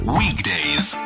weekdays